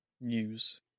news